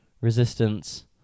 resistance